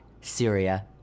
Syria